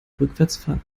rückwärtsfahren